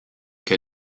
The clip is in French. que